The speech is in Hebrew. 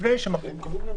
לפני שמחליטים.